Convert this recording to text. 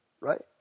right